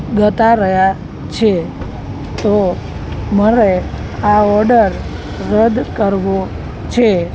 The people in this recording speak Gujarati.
જતા રહ્યા છે તો મારે આ ઓડર રદ કરવો છે